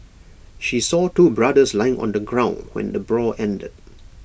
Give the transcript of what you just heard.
she saw two brothers lying on the ground when the brawl ended